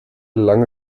lange